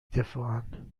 دفاعن